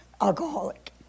alcoholic